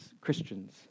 Christians